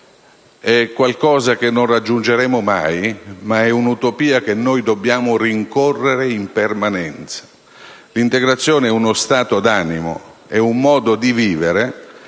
qualcosa che non raggiungeremo mai, ma un'utopia che dobbiamo rincorrere in permanenza. L'integrazione è uno stato d'animo, un modo di vivere,